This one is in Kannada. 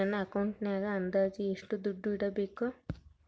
ನನ್ನ ಅಕೌಂಟಿನಾಗ ಅಂದಾಜು ಎಷ್ಟು ದುಡ್ಡು ಇಡಬೇಕಾ?